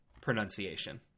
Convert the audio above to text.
pronunciation